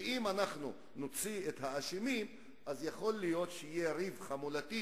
ואם אנחנו נוציא את האשמים אז יכול להיות שיהיה ריב חמולתי,